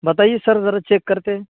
بتائیے سر ذرا چیک کرتے ہے